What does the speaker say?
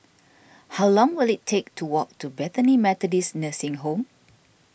how long will it take to walk to Bethany Methodist Nursing Home